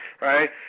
right